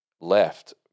left